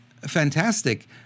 fantastic